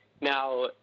Now